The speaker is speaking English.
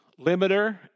limiter